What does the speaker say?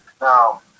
now